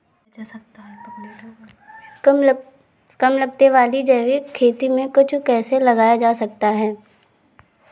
कम लागत वाली जैविक खेती में कद्दू कैसे लगाया जा सकता है?